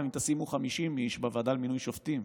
גם אם תשימו 50 איש בוועדה למינוי שופטים,